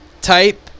type